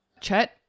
Chet